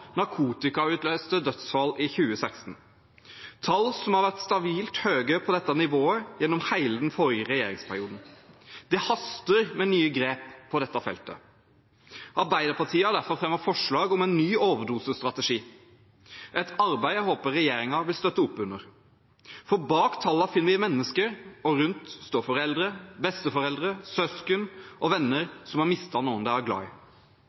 narkotikautløste dødsfall i 2016, og de høye tallene har ligget stabilt på dette nivået gjennom hele den forrige regjeringsperioden. Det haster med nye grep på dette feltet. Arbeiderpartiet har derfor fremmet forslag om en ny overdosestrategi, et arbeid jeg håper regjeringen vil støtte opp under. For bak tallene finner vi mennesker, og rundt står foreldre, besteforeldre, søsken og venner som har mistet noen de er glad